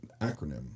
acronym